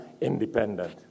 independent